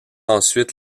ensuite